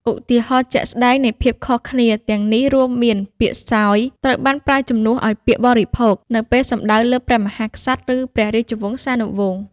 ឧទាហរណ៍ជាក់ស្តែងនៃភាពខុសគ្នាទាំងនេះរួមមាន ពាក្យ សោយ ត្រូវបានប្រើជំនួសឱ្យពាក្យ បរិភោគ នៅពេលសំដៅលើព្រះមហាក្សត្រ ឬព្រះរាជវង្សានុវង្ស។